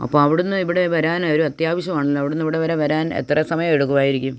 അപ്പോൾ അവിടുന്ന് ഇവിടെ വരാനൊരു അത്യാവശ്യമാണല്ലോ അവിടുന്ന് ഇവിടെ വരെ വരാൻ എത്ര സമയം എടുക്കുവായിരിക്കും